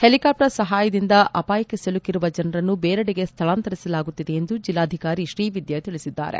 helicopter ಸಹಾಯದಿಂದ ಅಪಾಯಕ್ಕೆ ಸಿಲುಕಿರುವ ಜನರನ್ನು ಬೇರೆಡೆಗೆ ಸ್ಥಳಾಂತರಿಸಲಾಗುತ್ತಿದೆ ಎಂದು ಜಿಲ್ಲಾಧಿಕಾರಿ ಶ್ರೀ ವಿಧ್ಯಾ ತಿಳಿಸಿದ್ದಾರೆ